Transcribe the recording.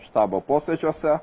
štabo posėdžiuose